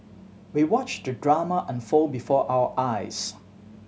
we watched the drama unfold before our eyes